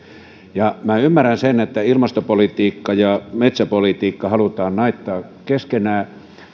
käsissämme minä ymmärrän sen että ilmastopolitiikka ja metsäpolitiikka halutaan naittaa keskenään